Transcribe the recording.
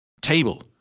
Table